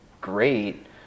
great